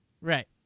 Right